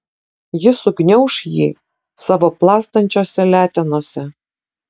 ji sugniauš jį savo plastančiose letenose